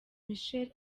michelle